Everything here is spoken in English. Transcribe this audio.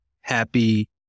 happy